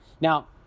Now